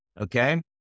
Okay